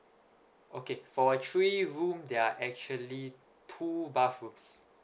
okay for three room there are actually two bathrooms